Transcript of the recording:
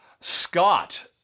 Scott